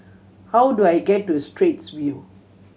how do I get to Straits View